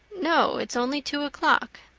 no, it's only two o'clock.